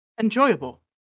enjoyable